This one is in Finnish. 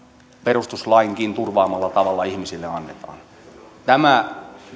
perustuslainkin turvaamalla tavalla ihmisille annetaan ei tämä